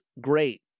great